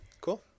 Cool